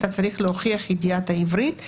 אתה צריך להוכיח ידיעת עברית.